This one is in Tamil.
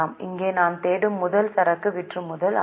இங்கே நாம் தேடும் முதல் சரக்கு விற்றுமுதல் ஆகும்